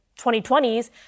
2020s